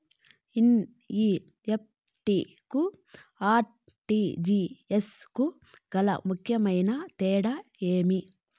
NEFT కు RTGS కు గల ముఖ్యమైన తేడా ఏమి?